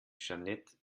jeanette